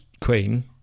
queen